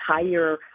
entire